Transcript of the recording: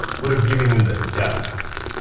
would've given you the death penalty.